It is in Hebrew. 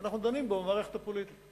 ואנחנו דנים בו במערכת הפוליטית.